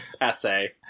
essay